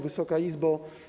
Wysoka Izbo!